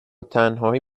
تنهایی